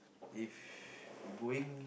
if going